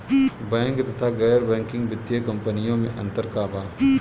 Bank तथा गैर banking वित्तीय कम्पनीयो मे अन्तर का बा?